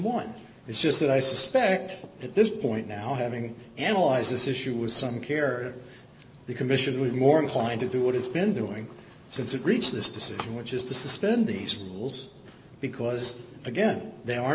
won it's just that i suspect at this point now having analyzed this issue with some care the commission would be more inclined to do what it's been doing since it reached this decision which is to suspend these rules because again they are